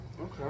Okay